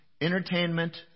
entertainment